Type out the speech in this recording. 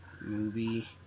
Movie